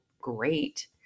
great